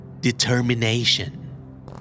Determination